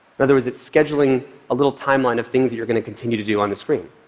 in other words, it's scheduling a little timeline of things you're going to continue to do on the screen.